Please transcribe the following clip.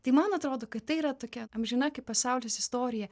tai man atrodo kad tai yra tokia amžina kaip pasaulis istorija